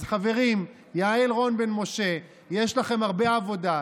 חברים, יעל רון בן משה, יש לכם הרבה עבודה.